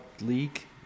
league